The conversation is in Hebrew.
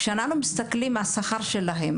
כשאנחנו מסתכלים על השכר שלהן,